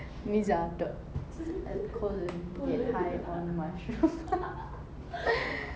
miza dot colon get high on mushrooms